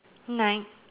tonight